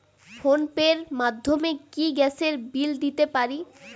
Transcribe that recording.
Phone pay র মাধ্যমে কি গ্যাসের বিল দিতে পারি?